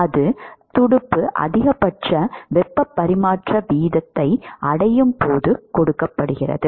அது துடுப்பு அதிகபட்ச வெப்ப பரிமாற்ற வீதத்தை அடையும் போது கொடுக்கப்படுகிறது